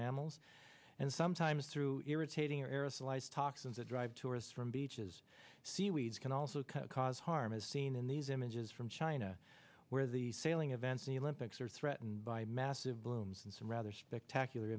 mammals and sometimes through irritating aerosolize toxins that drive tourists from beaches seaweeds can also cause harm is seen in these images from china where the sailing events new lympics are threatened by massive blooms and some rather spectacular